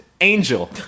Angel